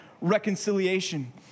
reconciliation